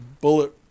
bullet